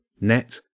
net